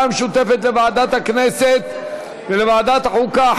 המשותפת לוועדת הכנסת ולוועדת החוקה,